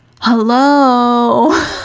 hello